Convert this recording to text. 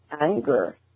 anger